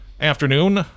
afternoon